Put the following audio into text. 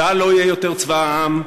צה"ל לא יהיה יותר צבא העם,